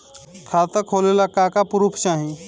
खाता खोलले का का प्रूफ चाही?